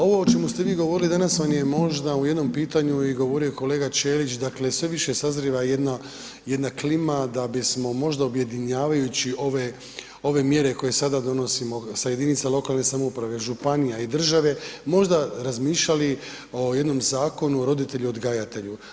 Ovo o čemu ste vi govorili danas vam je možda u jednom pitanju i govorio i kolega Ćelić, dakle sve više sazrijeva jedna klima da bismo mogla objedinjavajući ove mjere koje sada donosimo sa jedinica lokalne samouprave, županija i države, možda razmišljali o jednom zakonu o roditelju odgajatelju.